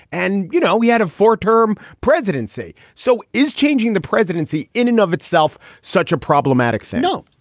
and, you know, he had a four term presidency. so is changing the presidency in and of itself. such a problematic no,